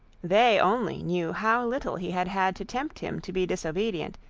they only knew how little he had had to tempt him to be disobedient,